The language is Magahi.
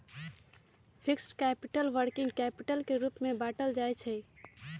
फिक्स्ड कैपिटल, वर्किंग कैपिटल के रूप में बाटल जाइ छइ